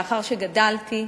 לאחר שגדלתי,